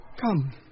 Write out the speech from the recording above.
Come